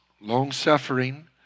long-suffering